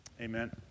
Amen